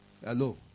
Hello